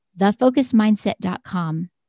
thefocusmindset.com